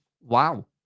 Wow